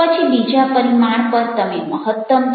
પછી બીજા પરિમાણ પર તમે મહત્તમ છો